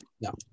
No